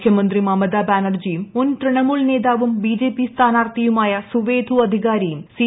മുഖ്യമന്ത്രി മമത ബാനർജിയും മുൻ തൃണ്മൂൽ നേതാവും ബിജെപി സ്ഥാനാർത്ഥിയുമായ സുവേന്ദു അധ്വക്ടൂരിയും സി